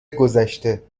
گذشته